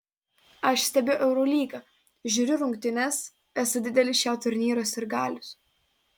aš stebiu eurolygą žiūriu rungtynes esu didelis šio turnyro sirgalius